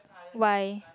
why